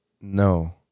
No